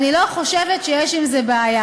אני לא חושבת שיש עם זה בעיה.